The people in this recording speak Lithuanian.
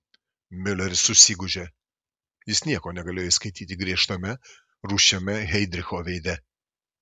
miuleris susigūžė jis nieko negalėjo įskaityti griežtame rūsčiame heidricho veide